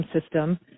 system